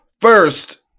first